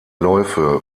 läufe